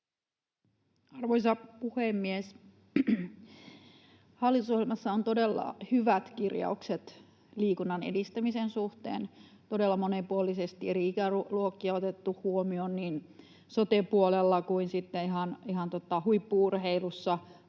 Arvoisa puhemies! Hallitusohjelmassa on todella hyvät kirjaukset liikunnan edistämisen suhteen, todella monipuolisesti eri ikäluokkia on otettu huomioon niin sote-puolella kuin sitten ihan huippu-urheilussa,